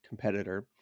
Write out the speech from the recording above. Competitor